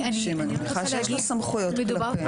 אני מניחה שיש לו סמכויות כלפיהם.